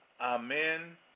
Amen